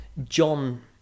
John